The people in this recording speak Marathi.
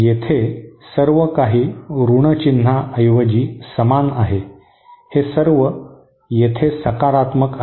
येथे सर्व काही ऋण चिन्हाऐवजी समान आहे हे सर्व येथे सकारात्मक आहे